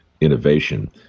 innovation